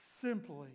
simply